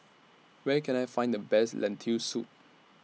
Where Can I Find The Best Lentil Soup